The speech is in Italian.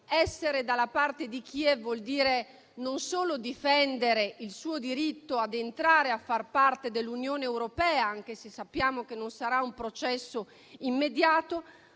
essere dalla parte di Kiev vuol dire, non solo difendere il suo diritto ad entrare a far parte dell'Unione europea, anche se sappiamo che non sarà un processo immediato,